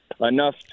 enough